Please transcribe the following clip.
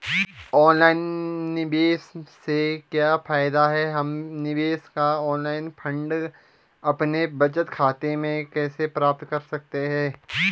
Online निवेश से क्या फायदा है हम निवेश का ऑनलाइन फंड अपने बचत खाते में कैसे प्राप्त कर सकते हैं?